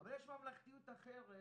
אבל יש ממלכתיות אחרת,